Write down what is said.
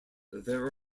there